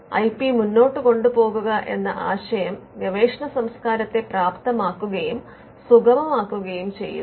I P മുന്നോട്ട് കൊണ്ടുപോകുക എന്ന ആശയം ഗവേഷണ സംസ്കാരത്തെ പ്രാപ്തമാക്കുകയും സുഗമമാക്കുകയും ചെയ്യുന്നു